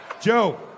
Joe